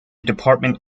department